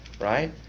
right